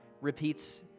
repeats